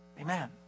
amen